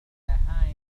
سبعة